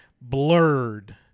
blurred